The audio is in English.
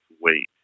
weight